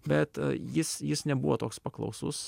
bet jis jis nebuvo toks paklausus